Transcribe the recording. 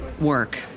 Work